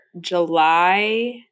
July